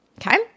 Okay